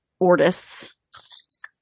artists